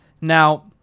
Now